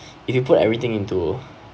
if you put everything into